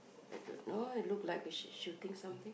I don't know it look like a shit shooting something